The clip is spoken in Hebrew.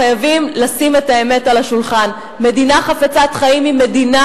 חייבים לשים את האמת על השולחן מדינה חפצת חיים היא מדינה